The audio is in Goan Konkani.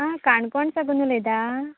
आं काणकोण साकून उलयता